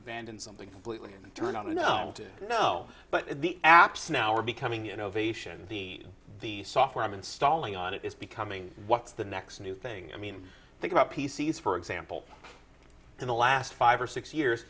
abandon something completely and turn on a no no but the apps now are becoming innovation the the software i'm installing on it is becoming what's the next new thing i mean think about p c s for example in the last five or six years